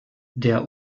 der